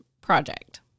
project